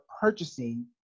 purchasing